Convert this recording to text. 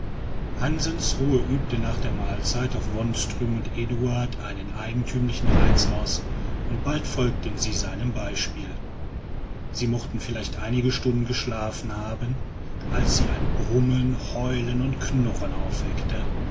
hansens ruhe übte nach der mahlzeit auf wonström und eduard einen eigentümlichen reiz aus und bald folgten sie seinem beispiele sie mochten vielleicht einige stunden geschlafen haben als sie ein brummen heulen und knurren aufweckte